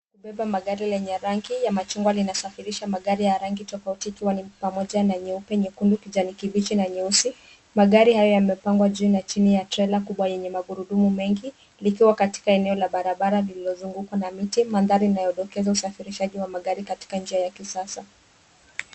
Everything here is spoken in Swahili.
Kubeba magari yenye rangi ya machungwa linasafirisha magari ya rangi tofauti ikiwa ni pamoja na nyeupe, nyekundu, kijani kibichi na nyeusi. Magari hayo yamepangwa juu na chini ya trela kubwa yenye magurudumu mengi likiwa katika eneo la barabara lililozungukwa na miti. Mandhari inayodokeza usafirishaji wa magari katika njia ya kisasa.